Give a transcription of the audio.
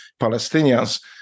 Palestinians